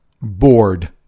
bored